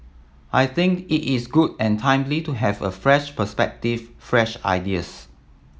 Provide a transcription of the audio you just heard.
I think it is good and timely to have a fresh perspective fresh ideas